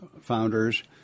founders –